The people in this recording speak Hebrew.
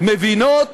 מה עם הגברת, מבינות